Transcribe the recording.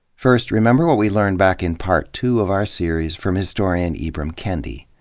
first, remember what we learned back in part two of our series from historian ibram kendi.